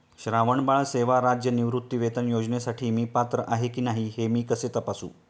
श्रावणबाळ सेवा राज्य निवृत्तीवेतन योजनेसाठी मी पात्र आहे की नाही हे मी कसे तपासू?